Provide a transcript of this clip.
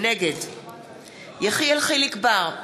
נגד יחיאל חיליק בר,